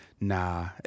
nah